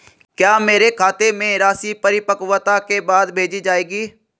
क्या मेरे खाते में राशि परिपक्वता के बाद भेजी जाएगी?